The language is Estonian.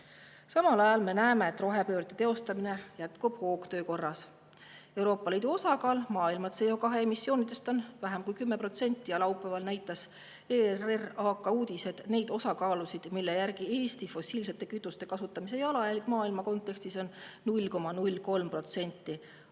Samal ajal me näeme, et rohepöörde teostamine jätkub hoogtöö korras. Euroopa Liidu osakaal maailma CO2-emissioonides on vähem kui 10%. Laupäeval näidati ERR‑i AK uudistes neid osakaalusid, mille järgi Eesti fossiilsete kütuste kasutamise [keskkonna]jalajälg on maailma kontekstis 0,03%.